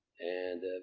and,